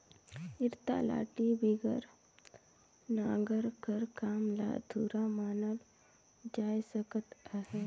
इरता लाठी बिगर नांगर कर काम ल अधुरा मानल जाए सकत अहे